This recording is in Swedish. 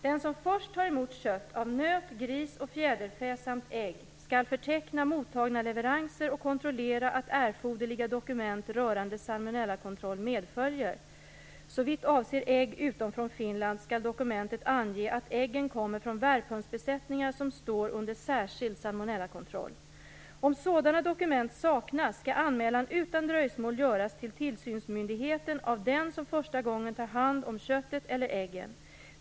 Den som först tar emot kött av nöt, gris och fjäderfä samt ägg skall förteckna mottagna leveranser och kontrollera att erforderliga dokument rörande salmonellakontroll medföljer. Såvitt avser ägg, utom från Finland, skall dokumentet ange att äggen kommer från värphönsbesättningar som står under särskild salmonellakontroll. Om sådana dokument saknas, skall anmälan utan dröjsmål göras till tillsynsmyndigheten av den som första gången tar hand om köttet eller äggen.